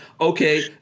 Okay